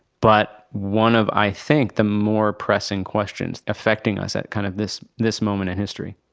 but one of, i think, the more pressing questions affecting us at kind of this this moment in history.